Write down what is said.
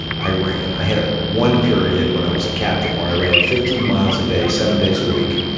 i ran. i had ah one period, when i was a captain, when i ran fifteen miles a day, seven days a week.